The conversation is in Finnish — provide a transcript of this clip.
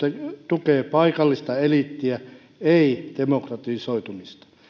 tukee paikallista eliittiä ei demokratisoitumista